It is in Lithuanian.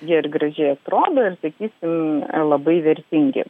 jie ir gražiai atrodo ir sakysim labai vertingi